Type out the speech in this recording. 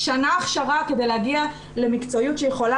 שנה הכשרה כדי להגיע למקצועיות שיכולה